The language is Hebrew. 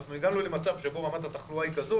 הגענו למצב שבו רמת התחלואה כזו